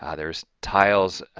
ah there's tiles,